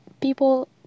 people